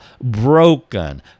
broken